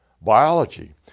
biology